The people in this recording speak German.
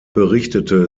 berichtete